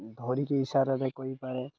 ଧରିକି ଇସାରରେ କହିପାରେ